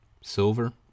Silver